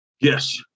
Yes